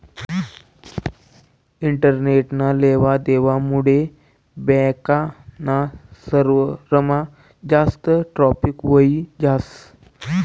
इंटरनेटना लेवा देवा मुडे बॅक ना सर्वरमा जास्त ट्रॅफिक व्हयी जास